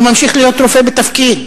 ממשיך להיות רופא בתפקיד.